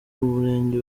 murenge